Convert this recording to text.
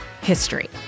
history